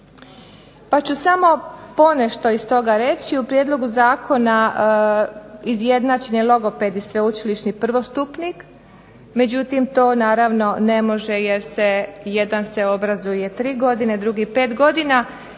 pa ću samo ponešto iz toga reći, u prijedlogu zakona izjednačen je logoped i sveučilišni prvostupnika, međutim to naravno ne može jer se, jedan se obrazuje tri godine, drugi pet godina, i naravno da